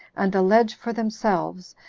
and allege for themselves,